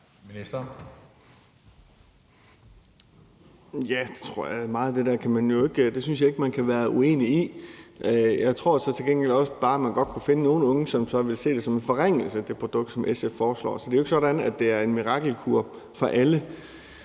Ja, det tror jeg da. Meget af det der synes jeg ikke man kan være uenig i. Jeg tror så til gengæld også bare, at man godt kunne finde nogle unge, som ville se det produkt, som SF foreslår, som en forringelse. Så det er jo ikke sådan, at det er en mirakelkur for alle.